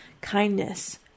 kindness